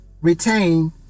retain